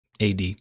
AD